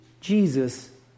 Jesus